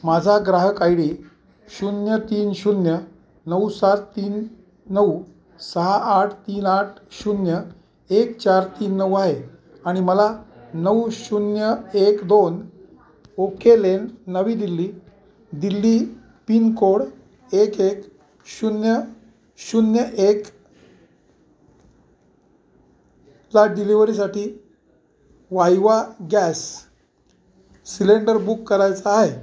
माझा ग्राहक I D शून्य तीन शून्य नऊ सात तीन नऊ सहा आठ तीन आठ शून्य एक चार तीन नऊ आहे आणि मला नऊ शून्य एक दोन ओके लेन नवी दिल्ली दिल्ली पिनकोड एक एक शून्य शून्य एक ला डिलिव्हरीसाठी वाईवा गॅस सिलेंडर बुक करायचा आहे